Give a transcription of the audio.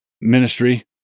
ministry